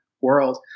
world